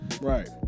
Right